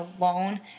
alone